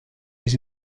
his